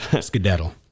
Skedaddle